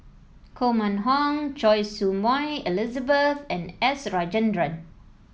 Koh Mun Hong Choy Su Moi Elizabeth and S Rajendran